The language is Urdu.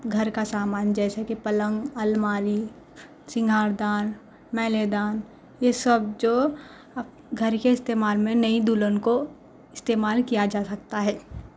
گھر کا سامان جیسا کہ پلنگ الماری سنگھار دان میلے دان یہ سب جو گھر کے استعمال میں نئی دلہن کو استعمال کیا جا سکتا ہے